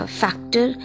factor